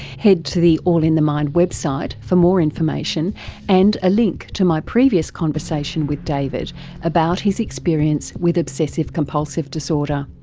head to the all in the mind website for more information and a link to my previous conversation with david about his experience with obsessive compulsive disorder.